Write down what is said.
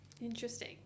Interesting